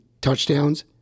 touchdowns